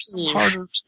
harder